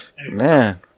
Man